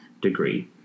degree